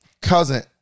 cousin